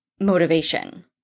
motivation